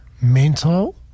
mental